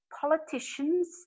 politicians